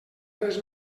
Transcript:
res